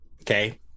Okay